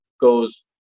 goes